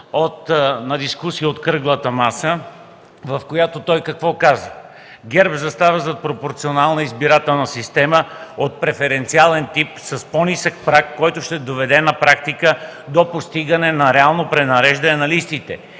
на дискусия от Кръглата маса, в която той казва: „ГЕРБ застава зад пропорционална избирателна система от преференциален тип с по-нисък праг, който ще доведе на практика до постигане на реално пренареждане на листите.